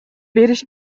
бериши